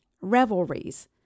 revelries